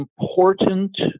important